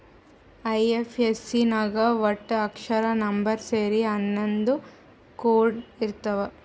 IFSC ನಾಗ್ ವಟ್ಟ ಅಕ್ಷರ, ನಂಬರ್ ಸೇರಿ ಹನ್ನೊಂದ್ ಕೋಡ್ ಇರ್ತಾವ್